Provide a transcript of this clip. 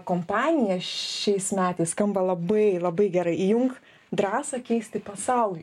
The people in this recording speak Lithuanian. kompaniją šiais metais skamba labai labai gerai įjunk drąsą keisti pasaulį